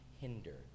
hindered